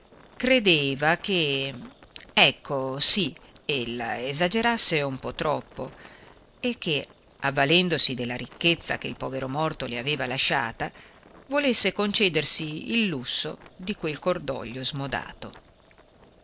credeva che ecco sì ella esagerasse un po troppo e che avvalendosi della ricchezza che il povero morto le aveva lasciata volesse concedersi il lusso di quel cordoglio smodato